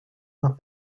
nach